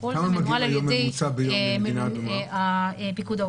הכול מנוהל על ידי פיקוד העורף.